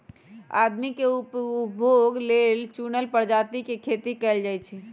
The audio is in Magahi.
आदमी के उपभोग लेल चुनल परजाती के खेती कएल जाई छई